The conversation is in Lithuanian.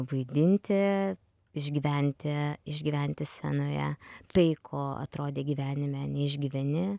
vaidinti išgyventi išgyventi scenoje tai ko atrodė gyvenime neišgyveni